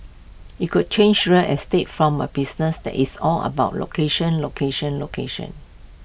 IT could change real estate from A business that is all about location location location